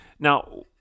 Now